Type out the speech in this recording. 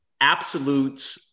absolute